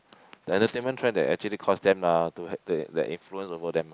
the entertainment trend that actually cause them uh to to like influence over them ah